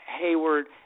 Hayward